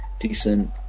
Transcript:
decent